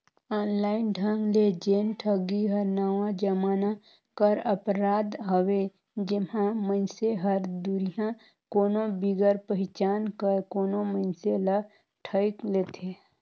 online ढंग ले जेन ठगी हर नावा जमाना कर अपराध हवे जेम्हां मइनसे हर दुरिहां कोनो बिगर पहिचान कर कोनो मइनसे ल ठइग लेथे